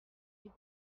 les